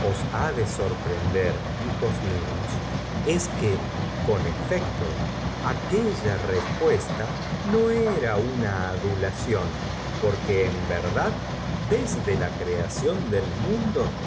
de mios os que con efecto aquella respuesta no ora una adulación porque en ver l r dad desde la creación del mundo